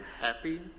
happy